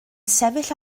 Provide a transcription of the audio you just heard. sefyll